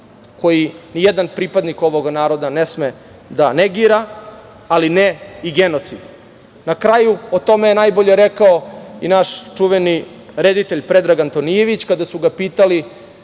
koji nijedan pripadnik ovog naroda ne sme da negira, ali ne i genocid. Na kraju, o tome je najbolje rekao i naš čuveni reditelj Predrag Antonijević. Kada su ga pitali